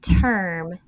term